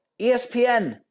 ESPN